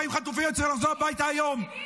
40 חטופים היו צריכים לחזור הביתה היום.